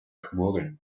chmury